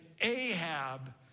Ahab